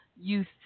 youth